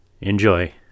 Enjoy